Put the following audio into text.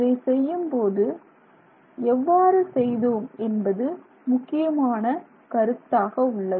இதை செய்யும்போது எவ்வாறு செய்தோம் என்பது முக்கியமான கருத்தாக உள்ளது